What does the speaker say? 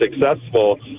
successful